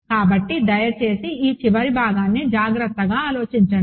కాబట్టి దయచేసి ఈ చివరి భాగాన్ని జాగ్రత్తగా ఆలోచించండి